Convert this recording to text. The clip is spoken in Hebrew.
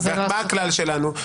מה הכלל שלנו?